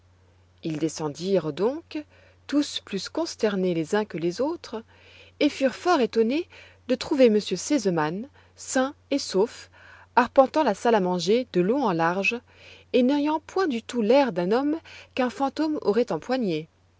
ils descendirent donc tous plus consternés les uns que les autres et furent fort étonnés de trouver m r sesemann sain et sauf arpentant la salle à manger de long en large et n'ayant point du tout l'air d'un homme qu'un fantôme aurait empoigné